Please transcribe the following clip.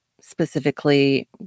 specifically